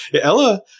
Ella